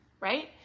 right